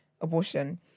abortion